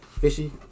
Fishy